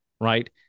Right